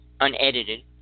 Unedited